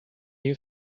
you